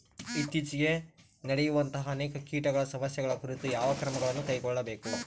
ಇತ್ತೇಚಿಗೆ ನಡೆಯುವಂತಹ ಅನೇಕ ಕೇಟಗಳ ಸಮಸ್ಯೆಗಳ ಕುರಿತು ಯಾವ ಕ್ರಮಗಳನ್ನು ಕೈಗೊಳ್ಳಬೇಕು?